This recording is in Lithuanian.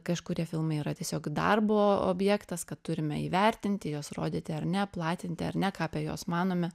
kažkurie filmai yra tiesiog darbo objektas kad turime įvertinti juos rodyti ar ne platinti ar ne ką apie juos manome